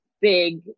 big